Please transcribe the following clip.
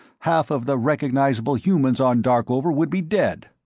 half of the recognizable humans on darkover would be dead.